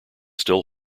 still